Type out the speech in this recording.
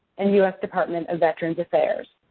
and u s. department of veteran's affairs.